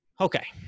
Okay